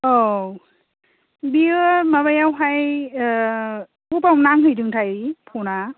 औ बेयो माबायावहाय बबेयाव नांहैदोंथाय फन आ